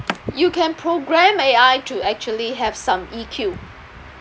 you can program A_I to actually have some E_Q